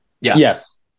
Yes